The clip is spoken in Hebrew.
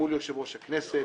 מול יושב-ראש הכנסת.